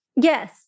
Yes